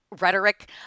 rhetoric